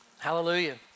Hallelujah